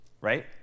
right